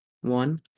one